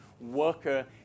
worker